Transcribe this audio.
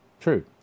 True